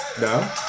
no